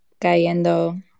Cayendo